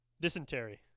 dysentery